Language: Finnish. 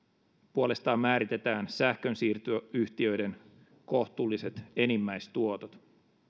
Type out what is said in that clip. puolestaan määritetään sähkönsiirtoyhtiöiden kohtuulliset enimmäistuotot